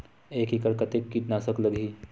एक एकड़ कतेक किट नाशक लगही?